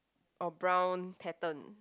or brown patten